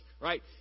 right